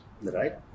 Right